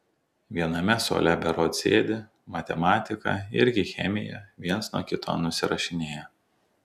viename suole berods sėdi matematiką irgi chemiją viens nuo kito nusirašinėja